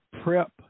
Prep